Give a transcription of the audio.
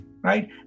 right